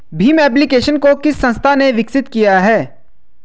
Bhim application को किस संस्था ने विकसित किया है?